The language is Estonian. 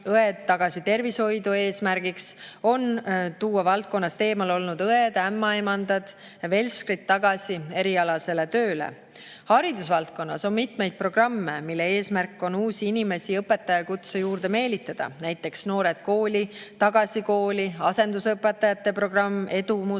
"Õed tagasi tervishoidu" eesmärgiks on tuua valdkonnast eemal olnud õed, ämmaemandad, velskrid tagasi erialasele tööle. Haridusvaldkonnas on mitmeid programme, mille eesmärk on uusi inimesi õpetajakutse juurde meelitada, näiteks "Noored kooli", "Tagasi kooli", asendusõpetajate programm, "Edumus",